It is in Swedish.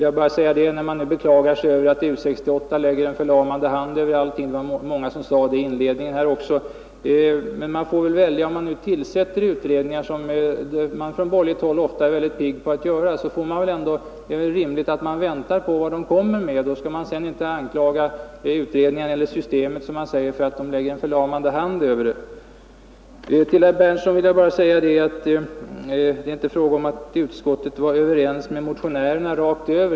Man har beklagat sig över att U 68 lägger en förlamande hand över allting — det var många i den inledande debatten som sade så — men, herr Fiskesjö, om utredningar tillsätts, vilket man från borgerligt håll ofta är pigg på att göra, är det väl rimligt att man väntar på utredningens resultat. Då skall man inte framföra anklagelser och säga att systemet lägger en förlamande hand över allting. För herr Berndtson i Linköping vill jag framhålla att jag inte sade att utskottet i allt var överens med motionärerna.